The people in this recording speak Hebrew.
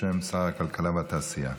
בשם שר הכלכלה והתעשייה.